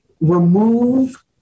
remove